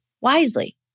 wisely